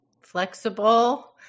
Flexible